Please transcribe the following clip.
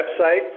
website